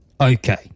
Okay